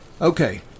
Okay